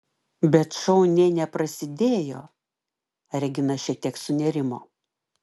bet šou nė neprasidėjo regina šiek tiek sunerimo